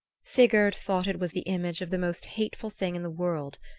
sigurd thought it was the image of the most hateful thing in the world,